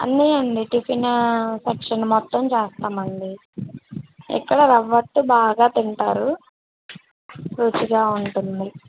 అన్నీ ఆండీ tiffin section మొత్తం చేస్తామండీ ఇక్కడ రవ్వట్టు బాగా తింటారు రుచిగా ఉంటుంది